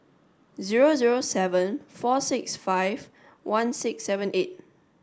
zero zero seven four six five one six seven eight